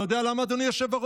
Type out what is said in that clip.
אתה יודע למה, אדוני היושב-ראש?